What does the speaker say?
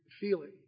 feeling